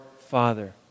Father